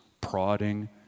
prodding